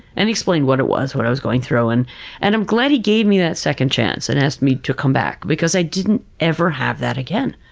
and he explained what it was, what i was going through, and and i'm glad he gave me that second chance and asked me to come back because i didn't ever have that again.